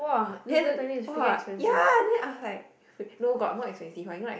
then !wah! ya then I was like fake no got more expensive one you know like